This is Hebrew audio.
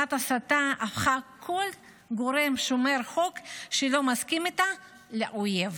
מכונת ההסתה הפכה כל גורם שומר חוק שלא מסכים איתה לאויב.